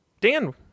dan